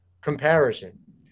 comparison